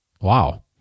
wow